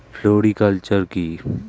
Floriculture কি?